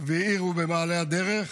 והעירו במעלה הדרך,